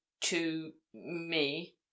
to—me